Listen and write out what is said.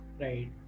right